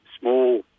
small